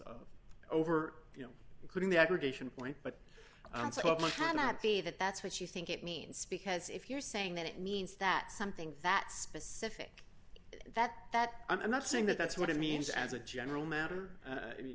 of over you know including the aggregation point but can that be that that's what you think it means because if you're saying that it means that something that specific that that i'm not saying that that's what it means as a general matter